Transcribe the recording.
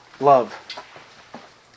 Love